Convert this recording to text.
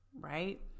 right